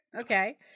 Okay